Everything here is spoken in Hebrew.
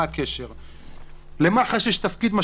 בעקבות זאת חוקרי מח"ש חקרו את הניצב באזהרה,